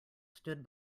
stood